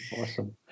Awesome